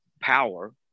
power